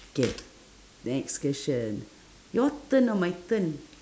k next question your turn or my turn